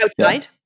outside